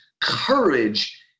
courage